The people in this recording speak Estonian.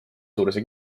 suuruse